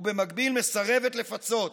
ובמקביל מסרבת לפצות.